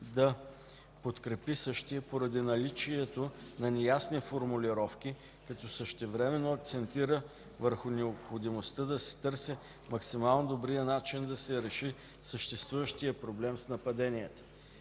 да подкрепи същия поради наличието на неясни формулировки, като същевременно акцентира върху необходимостта да се търси максимално добрият начин да се реши съществуващият проблем с нападенията.